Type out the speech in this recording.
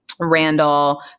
randall